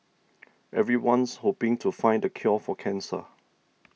everyone's hoping to find the cure for cancer